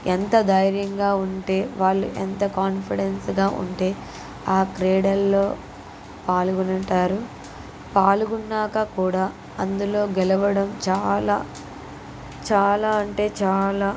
ఎంత ధైర్యంగా ఉంటే వాళ్ళు ఎంత కాన్ఫిడెన్స్గా ఉంటే ఆ క్రీడల్లో పాల్గొంటారు పాల్గొన్నాక కూడా అందులో గెలవడం చాలా చాలా అంటే చాలా